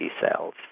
cells